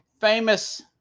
famous